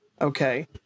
Okay